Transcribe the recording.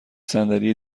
صندلی